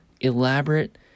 elaborate